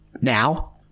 now